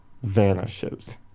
Vanishes